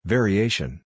Variation